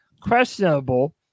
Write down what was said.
questionable